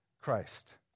Christ